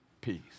peace